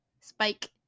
Spike